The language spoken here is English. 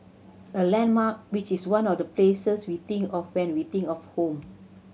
a landmark which is one of the places we think of when we think of home